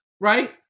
right